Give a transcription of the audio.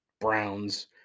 Browns